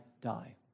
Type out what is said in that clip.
die